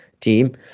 team